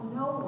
no